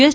S